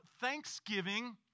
Thanksgiving